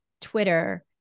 Twitter